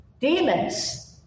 Demons